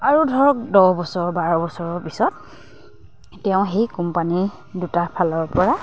আৰু ধৰক দহ বছৰ বাৰ বছৰৰ পিছত তেওঁ সেই কোম্পানী দুটাৰ ফালৰপৰা